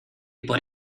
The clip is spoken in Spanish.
por